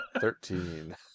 Thirteen